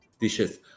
dishes